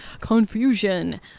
Confusion